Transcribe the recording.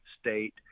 state